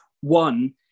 One